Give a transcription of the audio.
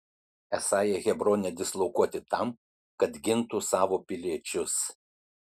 esą jie hebrone dislokuoti tam kad gintų savo piliečius